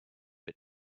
but